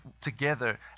together